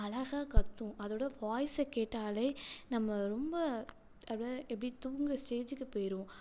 அழகா கத்தும் அதோடய வாய்சை கேட்டாலே நம்ம ரொம்ப அப்படியே எப்படி தூங்குற ஸ்டேஜ்க்குப் போகிருவோம்